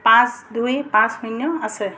পাঁচ দুই পাঁচ শূন্য আছে